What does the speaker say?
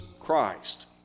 Christ